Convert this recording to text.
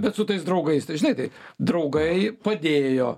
bet su tais draugais tai žinai tai draugai padėjo